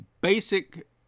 basic